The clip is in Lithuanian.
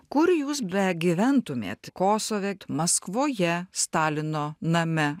kur jūs begyventumėt kosove maskvoje stalino name